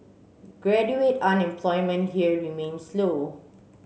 graduate unemployment here remains low